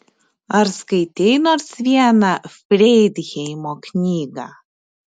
ar skaitei nors vieną freidheimo knygą